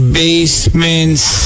basements